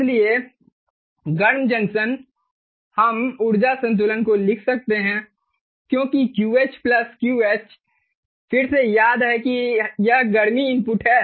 इसलिए गर्म जंक्शन हम ऊर्जा संतुलन को लिख सकते हैं क्योंकि QH प्लस QH फिर से याद है कि यह गर्मी इनपुट है